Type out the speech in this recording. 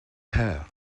peur